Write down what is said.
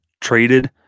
traded